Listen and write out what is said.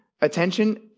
attention